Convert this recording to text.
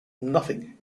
nothing